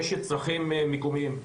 יש צרכים מקומיים,